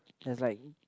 there's like